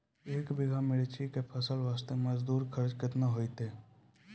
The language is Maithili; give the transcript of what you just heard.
एक बीघा मिर्ची के फसल वास्ते मजदूरी खर्चा केतना होइते?